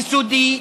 יסודי,